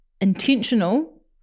intentional